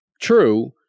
true